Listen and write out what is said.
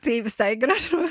tai visai gražu